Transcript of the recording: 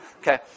okay